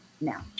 now